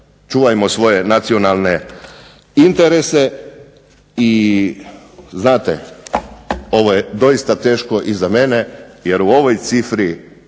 čuvajmo svoje nacionalne interese, i znate, ovo je doista teško i za mene, jer u ovoj cifri